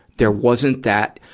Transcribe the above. there wasn't that,